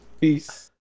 Peace